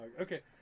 Okay